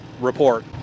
report